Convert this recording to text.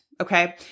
Okay